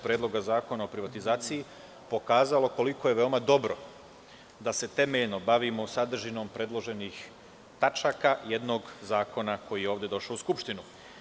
Predloga zakona o privatizaciji, pokazalo koliko je veoma dobro da se temeljno bavimo sadržinom predloženih tačaka jednog zakona koji je ovde došao u Skupštinu.